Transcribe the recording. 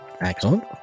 Excellent